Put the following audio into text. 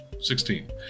Sixteen